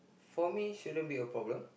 for me shouldn't be a problem